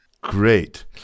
Great